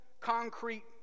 concrete